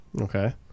Okay